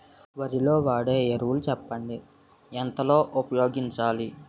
వరిలో వాడే ఎరువులు చెప్పండి? ఎంత లో ఉపయోగించాలీ?